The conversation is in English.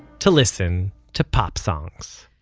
to listen to pop songs